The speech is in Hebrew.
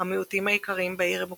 המיעוטים העיקריים בעיר הם אוקראינים,